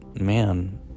man